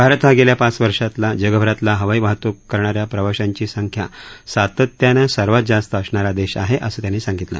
भारत हा गेल्या पाच वर्षातला जगभरातला हवाई वाहतूक करणा या प्रवाशांची संख्या सातत्यानं सर्वात जास्त असणारा देश आहे असं त्यांनी सांगितलं